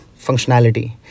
functionality